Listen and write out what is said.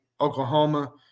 Oklahoma